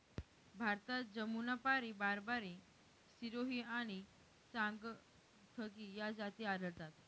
भारतात जमुनापारी, बारबारी, सिरोही आणि चांगथगी या जाती आढळतात